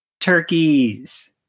Turkeys